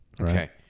Okay